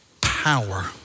power